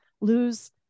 lose